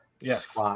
Yes